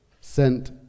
sent